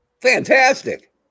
Fantastic